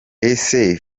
ese